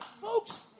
Folks